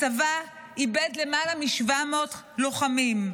הצבא איבד למעלה מ-700 לוחמים.